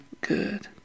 good